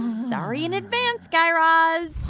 sorry in advance, guy raz